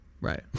Right